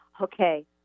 okay